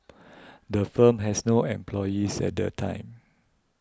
the firm has no employees at the time